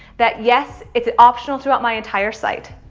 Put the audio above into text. that yes, it's optional throughout my entire site.